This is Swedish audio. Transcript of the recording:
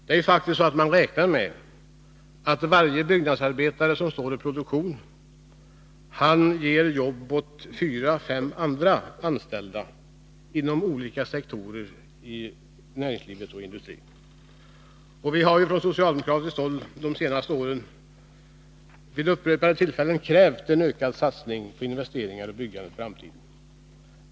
Man räknar faktiskt med att varje byggnadsarbetare som finns i produktion ger jobb åt fyra fem andra anställda inom olika sektorer i näringslivet och industrin. Vi har från socialdemokratiskt håll under de senaste åren vid upprepade tillfällen krävt en ökad satsning på investeringar och byggande för framtiden.